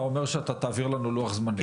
אתה אומר שאתה תעביר לנו לוח זמנים?